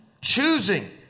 choosing